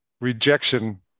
rejection